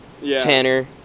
Tanner